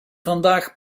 vandaag